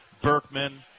Berkman